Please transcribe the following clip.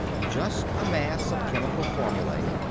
just a mass of chemical formulae,